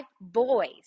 boys